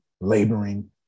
laboring